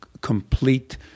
complete